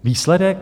Výsledek?